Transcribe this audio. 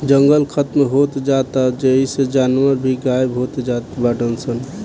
जंगल खतम होत जात बा जेइसे जानवर भी गायब होत जात बाडे सन